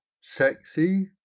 sexy